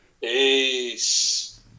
Peace